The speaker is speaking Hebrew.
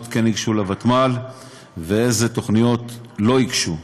ייגשו לוותמ"ל ואילו תוכניות לא ייגשו.